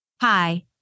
Hi